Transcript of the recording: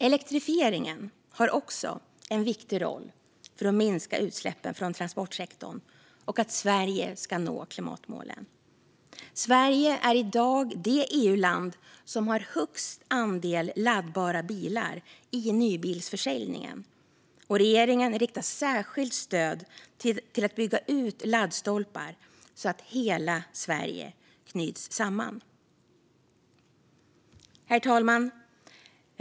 Elektrifieringen har också en viktig roll för att minska utsläppen från transportsektorn och för att Sverige ska nå klimatmålen. Sverige är i dag det EU-land som har högst andel laddbara bilar i nybilsförsäljningen, och regeringen riktar särskilt stöd till att bygga ut laddstolpar så att hela Sverige knyts samman. Herr talman!